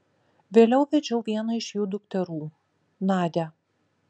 vėliau vedžiau vieną iš jų dukterų nadią